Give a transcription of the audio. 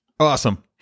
Awesome